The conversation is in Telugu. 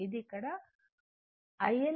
ఇది ఇక్కడ iL 90 o